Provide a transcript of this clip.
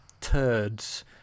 turds